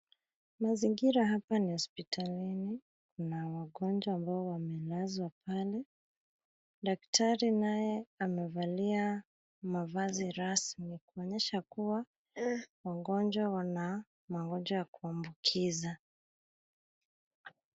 Mazingira hapa ni hospitalini ,kuna wagonjwa ambao wamelazwa pale. Daktari naye amevalia mavazi rasmi, kuonyesha kuwa wagonjwa wana magonjwa ya kuambukiza.